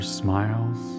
smiles